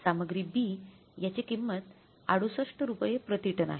सामग्री B याची किंमत 68 रुपये प्रति टन आहे